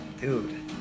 Dude